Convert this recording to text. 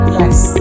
less